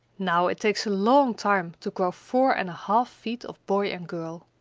now it takes a long time to grow four and a half feet of boy and girl.